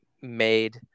made